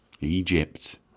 Egypt